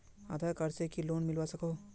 आधार card से की loan मिलवा सकोहो?